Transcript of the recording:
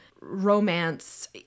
romance